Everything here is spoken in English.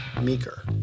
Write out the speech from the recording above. Meeker